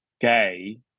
gay